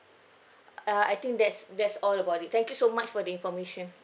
uh I think that's that's all about it thank you so much for the information